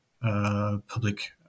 public